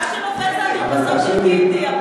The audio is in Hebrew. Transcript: מה שנופל זה הבלוקים של "גינדי".